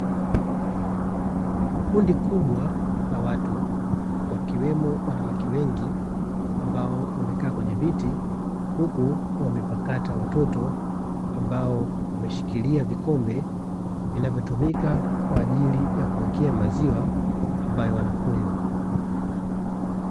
Kundi kubwa la watu wakiwemo wanawake wengi, ambao wamekaa kwenye viti huku wamepakata watoto ambao wameshikilia vikombe vinavyotumika kwa ajili kuekea maziwa ambayo wanakunywa.